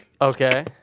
Okay